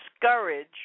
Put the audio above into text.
discourage